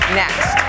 next